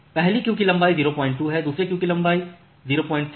पहली क्यू की लंबाई 02 है दूसरी क्यू की लंबाई 0 बिंदु है